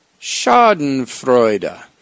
schadenfreude